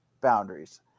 boundaries